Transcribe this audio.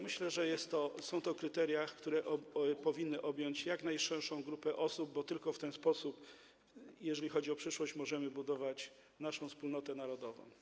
Myślę, że są to kryteria, które powinny pozwolić objąć tym jak najszerszą grupę osób, bo tylko w ten sposób, jeżeli chodzi o przyszłość, możemy budować naszą wspólnotę narodową.